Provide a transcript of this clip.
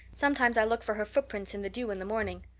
sometimes i look for her footprints in the dew in the morning.